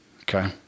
Okay